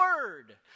word